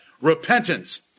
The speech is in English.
Repentance